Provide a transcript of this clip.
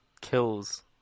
kills